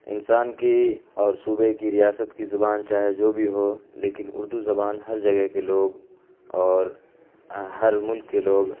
انسان کی اور صوبے کی ریاست کی زبان چاہے جو بھی ہو لیکن اردو زبان ہر جگہ کے لوگ اور ہر ملک کے لوگ